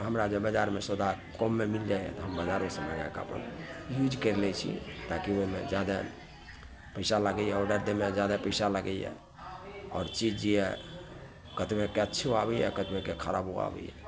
हमरा जे बजारमे सौदा कममे मिल जाए तऽ हम बजारेसँ मँगाएके अपन यूज करि लै छी ताकि ओहिमे जादे पैसा लागैए ऑर्डर दैमे जादा पैसा लागैए आओर चीज यऽ कतबै के अच्छो आबैए कतबैके खराबो आबैए